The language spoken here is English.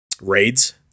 raids